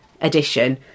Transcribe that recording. edition